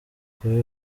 kuba